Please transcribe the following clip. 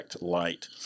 light